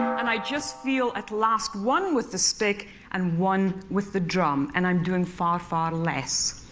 and i just feel, at last, one with the stick and one with the drum. and i'm doing far, far less.